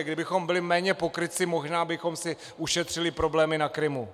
Kdybychom byli méně pokrytci, možná bychom si ušetřili problémy na Krymu.